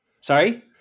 Sorry